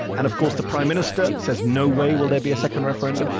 and of course, the prime minister says, no way will there be a second referendum.